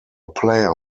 player